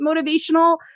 motivational